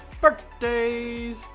birthdays